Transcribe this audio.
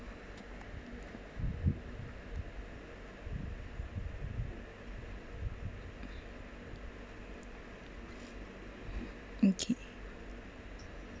okay